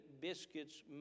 biscuits